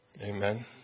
Amen